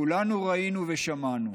כולנו ראינו ושמענו,